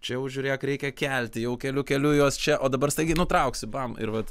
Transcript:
čia jau žiūrėk reikia kelti jau keliu keliu juos čia o dabar staigiai nutrauksiu bam ir vat